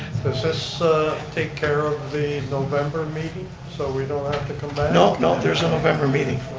this ah so take care of the november meeting so we don't have to come back? no, no there's a november meeting.